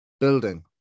building